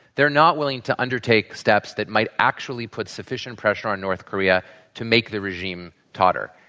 they're not willing to undertake steps that might actually put sufficient pressure on north korea to make the regime tauter.